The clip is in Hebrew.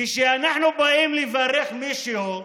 כשאנחנו באים לברך מישהו,